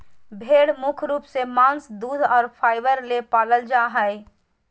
भेड़ मुख्य रूप से मांस दूध और फाइबर ले पालल जा हइ